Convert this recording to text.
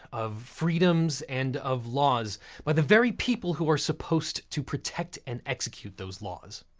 of freedoms, and of laws by the very people who are supposed to protect and execute those laws.